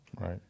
right